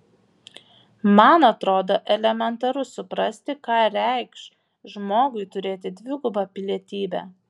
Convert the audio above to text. man atrodo elementaru suprasti ką reikš žmogui turėti dvigubą pilietybę